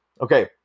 Okay